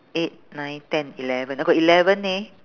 eight nine ten eleven I got eleven eh